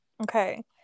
Okay